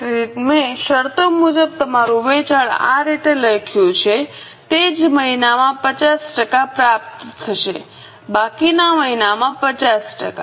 તેથી મેં શરતો મુજબ તમારું વેચાણ આ રીતે લખ્યું છે તે જ મહિનામાં 50 ટકા પ્રાપ્ત થશે બાકીના મહિનામાં 50 ટકા